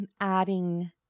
adding